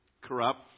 corrupt